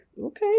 okay